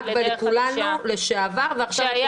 רק בכולנו לשעבר, ועכשיו את הולכת מכולנו לגדעון.